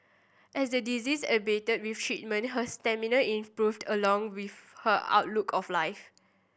as the disease abated with treatment her stamina improved along with her outlook of life